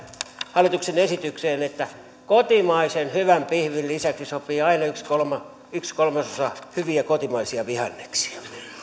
hallituksen esitykseen liittyen että kotimaisen hyvän pihvin lisäksi sopii aina yksi kolmasosa hyviä kotimaisia vihanneksia